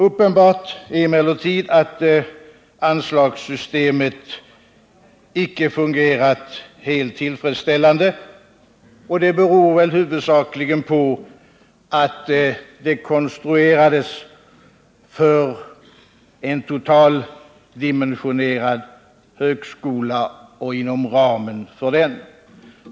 Uppenbart är emellertid att anslagssystemet icke fungerat helt tillfredsställande, och det beror väl huvudsakligen på att det konstruerades för en totaldimensionerad högskola och inom ramen för den.